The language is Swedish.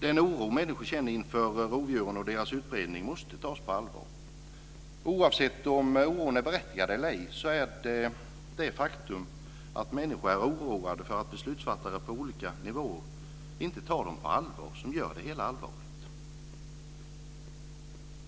Den oro som människor känner inför rovdjuren och deras utbredning måste tas på allvar. Oavsett om oron är berättigad eller ej är det det faktum att människor är oroliga för att beslutsfattare på olika nivåer inte tar denna oro på allvar som gör det hela allvarligt.